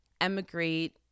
emigrate